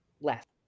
left